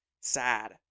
sad